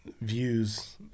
views